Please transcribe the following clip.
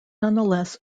nonetheless